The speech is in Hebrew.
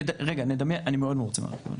אני מאד מרוצה מההרכב הנוכחי.